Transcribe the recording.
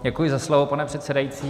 Děkuji za slovo, pane předsedající.